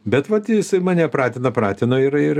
bet vat jisai mane pratino pratino ir ir